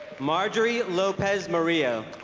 marjorie lopez morillo